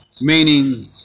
meaning